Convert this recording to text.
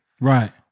Right